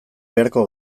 beharko